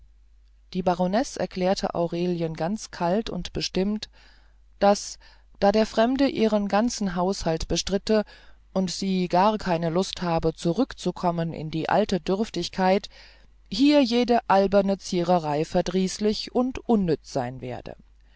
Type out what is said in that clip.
die baronesse erklärte aurelien ganz kalt und bestimmt daß da der fremde ihren ganzen haushalt bestritte und sie gar nicht lust habe zurückzukommen in die alte dürftigkeit hier jede alberne ziererei verdrießlich und unnütz sein werde